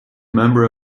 member